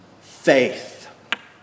faith